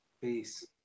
Peace